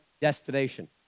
destination